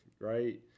right